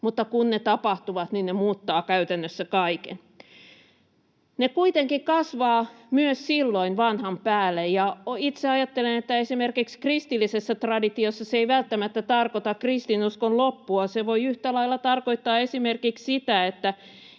mutta kun ne tapahtuvat, niin ne muuttavat käytännössä kaiken. Ne kuitenkin kasvavat myös silloin vanhan päälle, ja itse ajattelen, että esimerkiksi kristillisessä traditiossa se ei välttämättä tarkoita kristinuskon loppua. Se voi yhtä lailla tarkoittaa esimerkiksi sitä, että